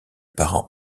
parents